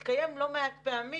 הדיון הזה התקיים לא מעט פעמים,